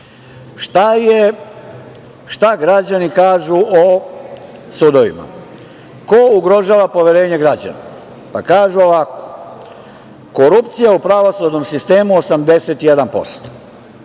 Šta građani kažu o sudovima? Ko ugrožava poverenje građana? Pa kažu ovako – korupcija u pravosudnom sistemu 81%.